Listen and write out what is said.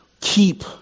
keep